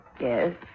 Yes